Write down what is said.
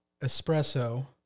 espresso